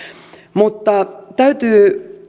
mutta täytyy